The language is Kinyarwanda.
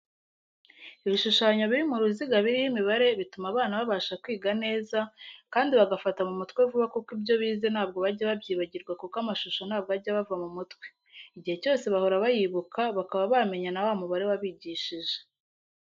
Ibishushanyo biri mu ruziga biriho imibare bituma abana babasha kwiga neza, kandi bagafata mu mutwe vuba kuko ibyo bize ntabwo bajya babyibagirwa kuko amashusho ntabwo ajya abava mu mutwe. Igihe cyose bahora bayibuka bakaba bamenya na wa mubare wabigishije.